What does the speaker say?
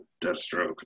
Deathstroke